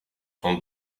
dont